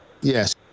Yes